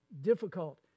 Difficult